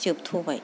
जोबथ'बाय